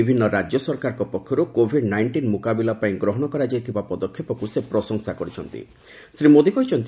ବିଭିନ୍ନ ରାଜ୍ୟ ସରକାରଙ୍କ ପକ୍ଷରୁ କୋଭିଡ୍ ନାଇଷ୍ଟିନ୍ ମୁକାବିଲା ପାଇଁ ଗ୍ରହଣ କରାଯାଇଥିବା ପଦକ୍ଷେପକୁ ସେ ପ୍ରଶଂସା କରିଛନ୍ତି